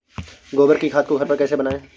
गोबर की खाद को घर पर कैसे बनाएँ?